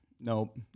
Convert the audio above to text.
nope